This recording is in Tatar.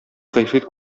гыйфрит